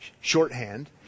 shorthand